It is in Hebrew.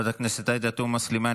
חברת הכנסת עאידה תומא סלימאן,